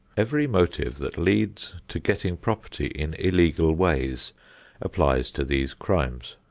every motive that leads to getting property in illegal ways applies to these crimes.